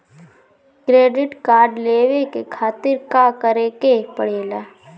Credit card लेवे के खातिर का करेके पड़ेला?